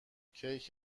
کیک